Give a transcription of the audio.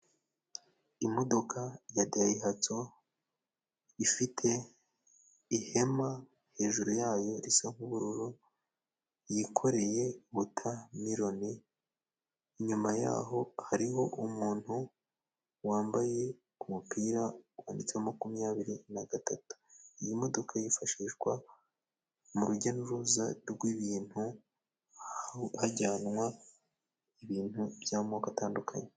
Imodoka ya dayihatso ifite ihema hejuru yayo risa nk'ubururu, yikoreye buta miloni, inyuma yaho hariho umuntu wambaye umupira wanditseho makumyabiri na gatatu. Iyi modoka yifashishwa mu rujya n'uruza rw'ibintu, hajyanwa ibintu by'amoko atandukanye.